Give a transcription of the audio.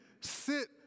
sit